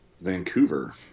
vancouver